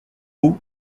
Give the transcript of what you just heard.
mots